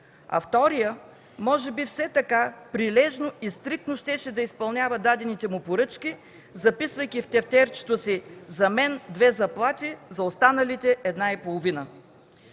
а вторият, може би все така прилежно и стриктно щеше да изпълнява дадените му поръчки, записвайки в тефтерчето си: „За мен две заплати, за останалите една и половина”.